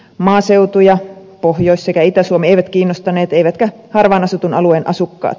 maaseutu ja pohjois sekä itä suomi eivät kiinnostaneet eivätkä harvaan asutun alueen asukkaat